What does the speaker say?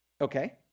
Okay